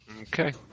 Okay